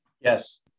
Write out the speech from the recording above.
Yes